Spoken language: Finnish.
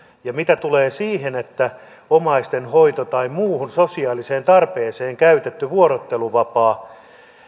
ja mitä tulee siihen että omaisten hoitoon tai muuhun sosiaaliseen tarpeeseen käytetty vuorotteluvapaa